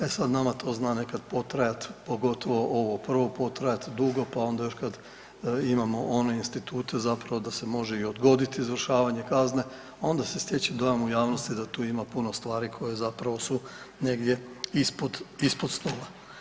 E sad nama to zna nekad potrajat pogotovo ovo prvo potrajat dugo, pa onda još kad imamo one institute zapravo da se može i odgoditi izvršavanje kazne, onda se stječe dojam u javnosti da tu ima puno stvari koje zapravo su negdje ispod stola.